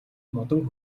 модон